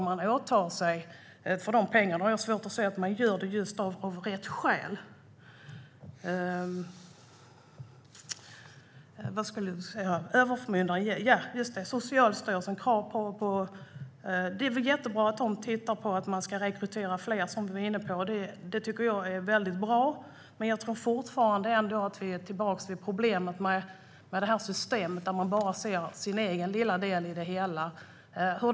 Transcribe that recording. Jag har svårt att se att det sker av rätt skäl. Det är bra att Socialstyrelsen ska titta på rekryteringen av fler gode män, men jag tror fortfarande att problemet med att bara se sin egen del i det hela kvarstår.